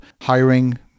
hiring